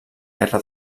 guerra